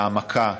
של העמקה,